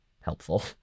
helpful